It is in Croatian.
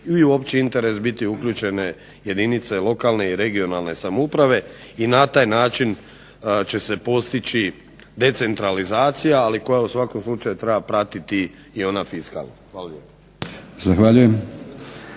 i u opći interes biti uključene jedinice lokalne i regionalne samouprave i na taj način će se postići decentralizacija ali koja u svakom slučaju treba pratiti i ona fiskalna. Hvala lijepa.